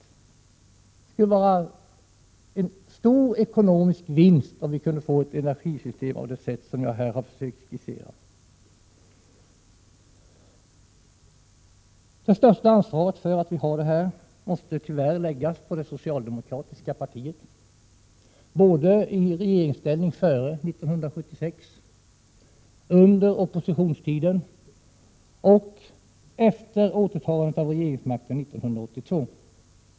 Det skulle innebära en stor ekonomisk vinst om vi kunde få ett energisystem av det slag som jag här har försökt skissera. Det största ansvaret för den situation vi har måste tyvärr läggas på det socialdemokratiska partiet — både i regeringsställning före 1976, under oppositionstiden och efter återtagandet av regeringsmakten 1982.